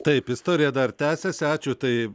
taip istorija dar tęsiasi ačiū tai